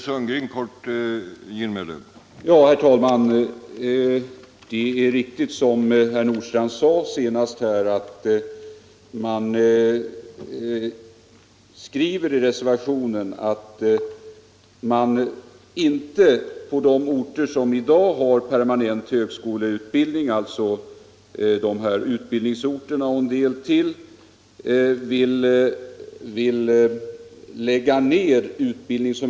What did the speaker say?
Herr talman! Det är riktigt som herr Nordstrandh sade att moderaterna i reservationen skriver att man på de orter som i dag har permanent högskoleutbildning inte helt får lägga ned högskoleutbildningen.